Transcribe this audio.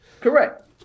Correct